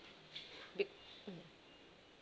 be~ mm